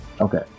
Okay